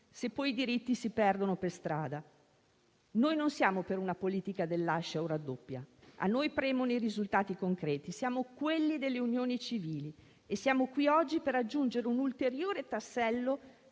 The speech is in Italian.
se poi i diritti si perdono per strada. Noi non siamo per una politica del lascia o raddoppia. A noi premono i risultati concreti. Siamo quelli delle unioni civili e siamo qui oggi per aggiungere un ulteriore tassello